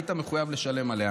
היית מחויב לשלם עליה.